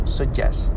suggest